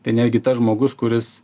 tai netgi tas žmogus kuris